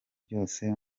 byose